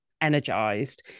energized